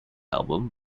album